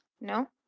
No